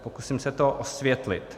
Pokusím se to osvětlit.